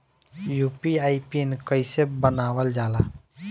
UPI pin कइसे बनावल जाला?